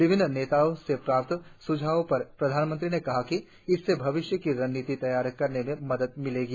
विभिन्न नेताओं से प्राप्त स्झावों पर प्रधानमंत्री ने कहा कि इससे भविष्य की रणनीति तैयार करने में मदद मिलेगी